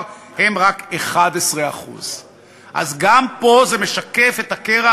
הם רק 11%. אז גם פה זה משקף את הקרע